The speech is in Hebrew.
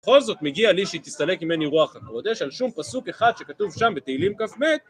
בכל זאת מגיע לי שהיא תסתלק ממני רוח הקודש, על שום פסוק אחד שכתוב שם בתהילים קב